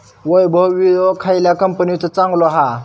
वैभव विळो खयल्या कंपनीचो चांगलो हा?